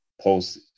post